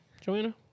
Joanna